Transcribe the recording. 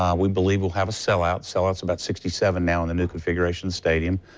um we believe we'll have a sell out, sell out's about sixty seven now in the new configuration stadium.